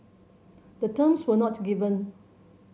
the terms were not given